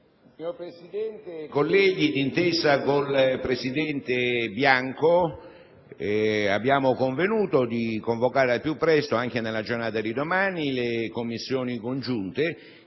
colleghi, d'intesa con il presidente Bianco, abbiamo convenuto di convocare al più presto, anche nella giornata di domani, le Commissioni riunite;